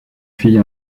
fille